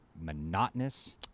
monotonous